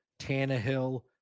Tannehill